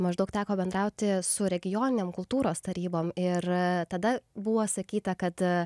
maždaug teko bendrauti su regionine kultūros taryba ir tada buvo sakyta kad